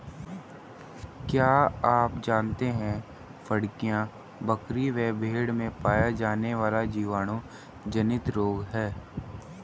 क्या आप जानते है फड़कियां, बकरी व भेड़ में पाया जाने वाला जीवाणु जनित रोग है?